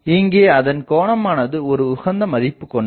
இங்கே அதன் கோணமானது ஒரு உகந்த மதிப்புக் கொண்டது